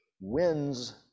wins